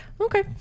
Okay